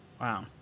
Wow